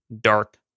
dark